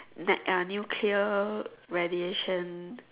net uh nuclear radiation